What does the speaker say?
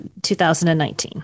2019